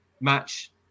match